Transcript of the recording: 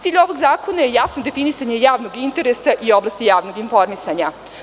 Cilj ovog zakona je jasno definisanje javnog interesa i oblasti javnog informisanja.